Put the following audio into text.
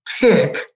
pick